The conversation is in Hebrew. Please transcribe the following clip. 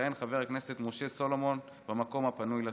יכהן חבר הכנסת משה סולומון במקום הפנוי לסיעה.